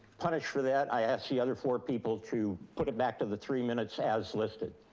punished for that. i asked the other four people to put it back to the three minutes as listed.